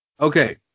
Okay